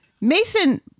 Mason